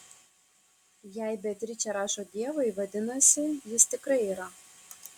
jei beatričė rašo dievui vadinasi jis tikrai yra